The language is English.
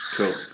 Cool